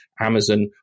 Amazon